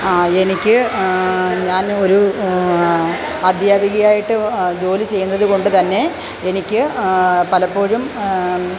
എനിക്ക് ഞാനെ ഒരു അദ്ധ്യാപികയായിട്ട് ജോലി ചെയ്യുന്നതു കൊണ്ടു തന്നെ എനിക്ക് പലപ്പോഴും